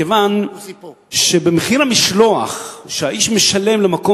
מכיוון שבמחיר המשלוח שהאיש משלם למקום